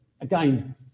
again